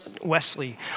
Wesley